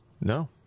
No